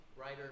writer